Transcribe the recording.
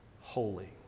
holy